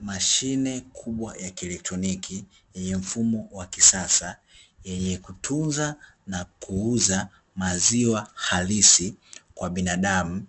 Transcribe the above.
Mashine ya kubwa ya kieletroniki yenye mfumo wa kisasa, yenye kutunza na kuuza maziwa halisi kwa binadamu